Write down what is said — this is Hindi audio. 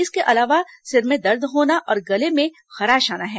इसके अलावा सिर में दर्द होना और गले में खराश आना है